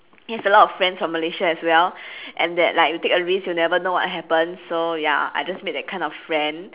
he has a lot of friends from malaysia as well and that like you take a risk you never know what would happen so ya I just made that kind of friend